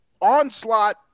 onslaught